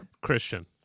Christian